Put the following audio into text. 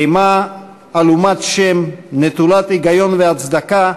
אימה עלומת שם, נטולת היגיון והצדקה,